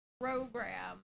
program